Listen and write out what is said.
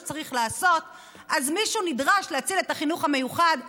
כי מישהו צריך להציל את החינוך המיוחד.